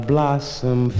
blossom